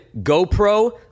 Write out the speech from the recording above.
GoPro